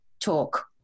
talk